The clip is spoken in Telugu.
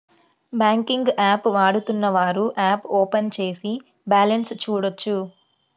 బ్యాంకింగ్ యాప్ వాడుతున్నవారు యాప్ ఓపెన్ చేసి బ్యాలెన్స్ చూడొచ్చు